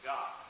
God